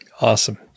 Awesome